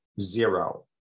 zero